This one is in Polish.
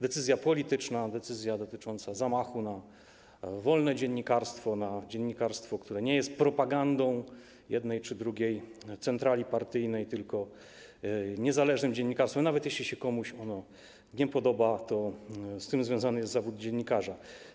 Decyzja polityczna, decyzja dotycząca zamachu na wolne dziennikarstwo, na dziennikarstwo, które nie jest propagandą jednej czy drugiej centrali partyjnej tylko niezależnym dziennikarstwem, nawet jeśli się komuś ono nie podoba, to z tym związany jest zawód dziennikarza.